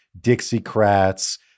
Dixiecrats